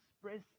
express